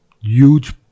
huge